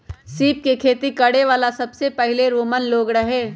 सीप के खेती करे वाला सबसे पहिले रोमन लोग रहे